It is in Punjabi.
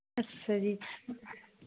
ਅੱਛਾ ਜੀ